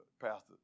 pastor